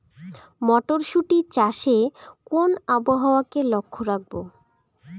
মটরশুটি চাষে কোন আবহাওয়াকে লক্ষ্য রাখবো?